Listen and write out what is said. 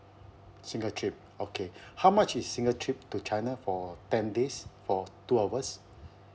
single trip okay how much is single trip to china for ten days for two of us